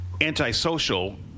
Antisocial